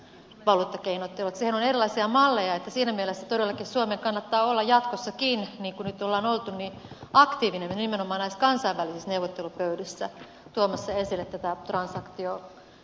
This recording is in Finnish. siihen on erilaisia malleja joten siinä mielessä todellakin suomen kannattaa olla jatkossakin niin kuin nyt on oltu aktiivinen nimenomaan näissä kansainvälisissä neuvottelupöydissä tuomassa esille tätä transaktioveroa